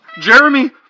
Jeremy